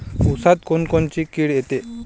ऊसात कोनकोनची किड येते?